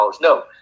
no